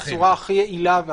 -- בצורה הכי יעילה.